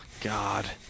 God